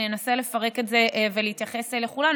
אני אנסה לפרק את זה ולהתייחס לכולן.